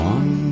One